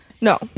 No